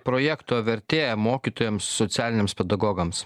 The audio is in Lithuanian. projekto vertė mokytojams socialiniams pedagogams